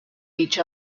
each